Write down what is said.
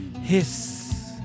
hiss